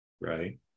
right